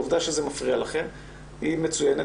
העובדה שזה מפריע לכם היא מצוינת,